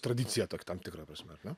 tradicija tam tikra prasme ar ne